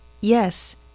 Yes